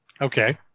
Okay